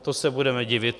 To se budeme divit.